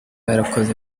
yarakoze